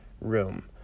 room